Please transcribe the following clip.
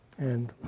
and